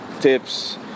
tips